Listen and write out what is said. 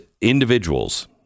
individuals